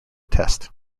test